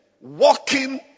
walking